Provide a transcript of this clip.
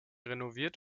renoviert